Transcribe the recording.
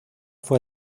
fue